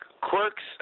quirks